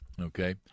Okay